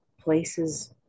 places